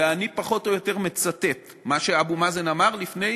ואני פחות או יותר מצטט את מה שאבו מאזן אמר לפני